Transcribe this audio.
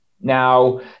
Now